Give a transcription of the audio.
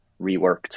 reworked